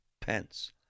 Pence